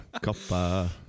Copper